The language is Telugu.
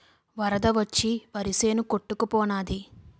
వరద వచ్చి వరిసేను కొట్టుకు పోనాది